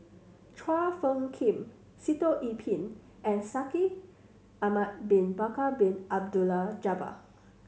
Chua Phung Kim Sitoh Yih Pin and Shaikh Ahmad Bin Bakar Bin Abdullah Jabbar